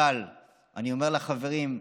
אבל אני אומר לחברים: